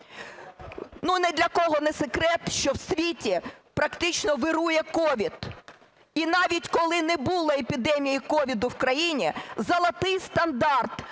Ні для кого не секрет, що у світі практично вирує СOVID. І навіть коли не було епідемії СOVID в країні, "золотий стандарт"